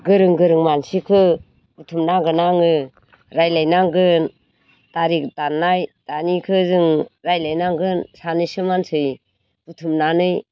गोरों गोरों मानसिखो बुथुमनांगोन आङो रायलायनांगोन थारिख दान्नाय दानिखो जों रायलाय नांगोन सानैसो मानसि बुथुमनानै